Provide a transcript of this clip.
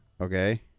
Okay